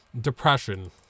Depression